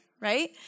Right